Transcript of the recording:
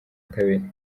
kabiri